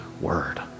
word